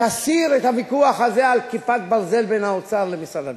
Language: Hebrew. תסיר את הוויכוח הזה על "כיפת ברזל" בין האוצר למשרד הביטחון.